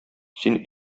син